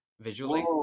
visually